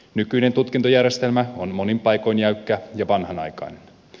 nykyinen tutkintojärjestelmä on monin paikoin jäykkä ja vanhanaikainen